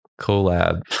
collab